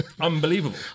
Unbelievable